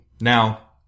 Now